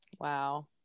Wow